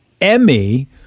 Emmy